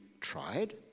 tried